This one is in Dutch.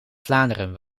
vlaanderen